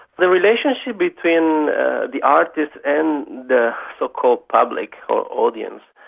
the relationship between the artist and the so-called public or audience,